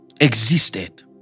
existed